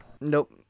Nope